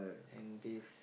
and this